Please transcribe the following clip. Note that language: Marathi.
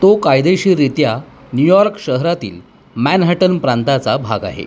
तो कायदेशीररीत्या न्यूयॉर्क शहरातील मॅनहॅटन प्रांताचा भाग आहे